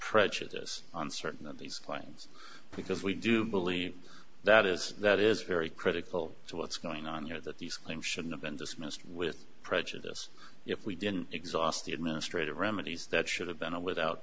prejudice on certain these lines because we do believe that is that is very critical to what's going on here that these claims should have been dismissed with prejudice if we didn't exhaust the administrative remedies that should have been a without